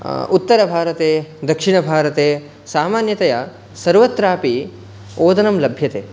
उत्तरभारते दक्षिणभारते सामान्यतया सर्वत्रापि ओदनं लभ्यते